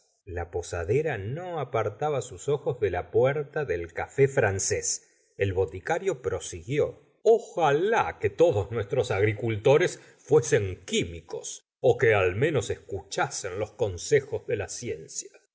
la posadera no apartaba sus ojos de la puerta del cafl francs el boticario prosiguió ojalá que todos nuestros agricultores fuesen químicos ó que al menos escuchasen los consejos de la ciencia